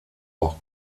auch